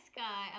guy